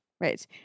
Right